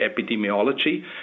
epidemiology